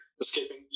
Escaping